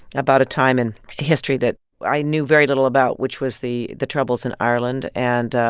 about a time in history that i knew very little about, which was the the troubles in ireland, and,